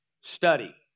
study